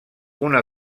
una